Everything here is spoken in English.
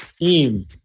team